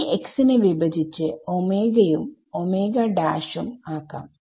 ഈ x നെ വിഭജിച്ചു ഉം ഉം ആക്കാം